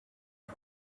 had